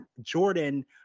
Jordan